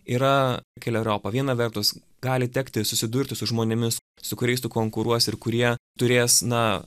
yra keleriopa viena vertus gali tekti susidurti su žmonėmis su kuriais tu konkuruosi ir kurie turės na